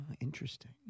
Interesting